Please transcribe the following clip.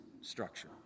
structure